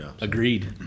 Agreed